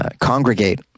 congregate